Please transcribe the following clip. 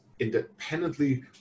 Independently